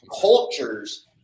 cultures